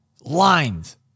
lines